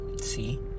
See